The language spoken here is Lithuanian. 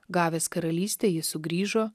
gavęs karalystę jis sugrįžo